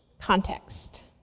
context